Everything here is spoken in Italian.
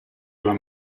alla